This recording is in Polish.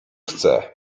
chcę